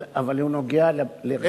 אבל הוא נוגע להרכב הוועדה.